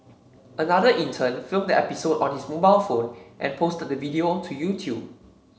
another intern filmed the episode on his mobile phone and posted the video to YouTube